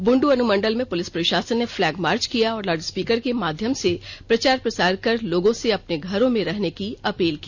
बुंडू अनुमंडल में पुलिस प्रशासन ने फ्लैग मार्च किया और लाउडस्पीकर के माध्यम से प्रचार प्रसार कर लोगों से अपने अपने घरों में रहने की अपील की